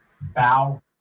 bow